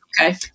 okay